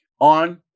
on